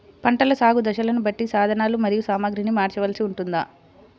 పంటల సాగు దశలను బట్టి సాధనలు మరియు సామాగ్రిని మార్చవలసి ఉంటుందా?